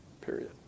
period